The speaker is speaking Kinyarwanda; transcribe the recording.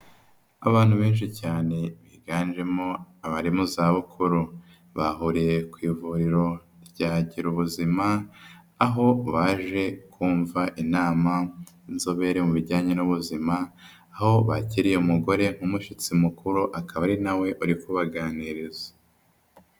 Abantu benshi cyane biganjemo abari mu zabukuru. Bahuriye ku ivuriro rya gira ubuzima, aho baje kumva inama z'inzobere mu bijyanye n'ubuzima, aho bakiriye umugore nk'umushyitsi mukuru akaba ari nawe urikuganiriza.